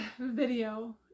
video